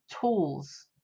tools